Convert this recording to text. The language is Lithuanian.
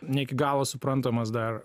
ne iki galo suprantamas dar